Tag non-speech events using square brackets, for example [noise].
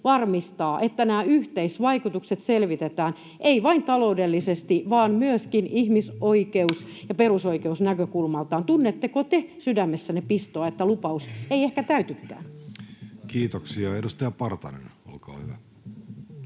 varmistaa, että nämä yhteisvaikutukset selvitetään — ei vain taloudellisesti vaan myöskin ihmisoikeus- ja perusoikeusnäkökulmalta. [noise] Tunnetteko te sydämessänne pistoa, että lupaus ei ehkä täytykään? [Speech 138] Speaker: Jussi